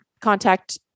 contact